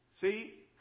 See